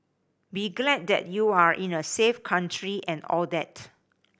be glad that you are in a safe country and all that